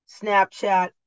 Snapchat